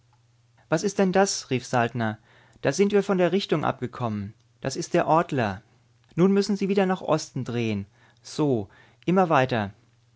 was ist denn das rief saltner da sind wir von der richtung abgekommen das ist der ortler nun müssen sie wieder nach osten drehen so immer weiter